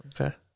Okay